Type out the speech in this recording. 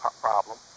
problem